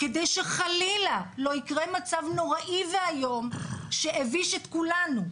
כדי שחלילה לא יקרה מצב נוראי ואיום שהוביש את כולנו,